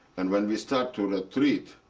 and when we start to retreat,